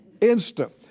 instant